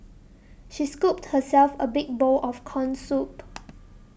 she scooped herself a big bowl of Corn Soup